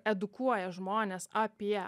edukuoja žmones apie